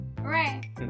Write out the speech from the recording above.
Right